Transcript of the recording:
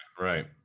Right